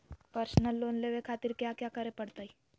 Personal loan लेवे खातिर कया क्या करे पड़तइ?